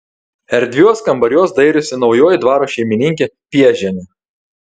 erdviuos kambariuos dairosi naujoji dvaro šeimininkė piežienė